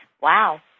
Wow